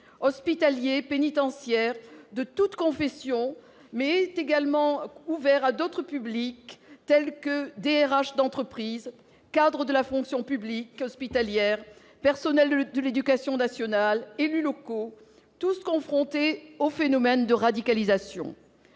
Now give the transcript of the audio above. hospitaliers et pénitentiaires de toutes confessions, mais ils sont également ouverts à d'autres publics tels que les DRH d'entreprises, les cadres de la fonction publique hospitalière, les personnels de l'éducation nationale, les élus locaux, tous confrontés au phénomène de radicalisation.